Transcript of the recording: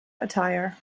attire